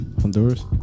Honduras